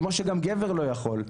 כמו שגם גבר לא יכול,